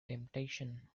temptation